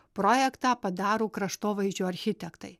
projektą padaro kraštovaizdžio architektai